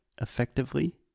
effectively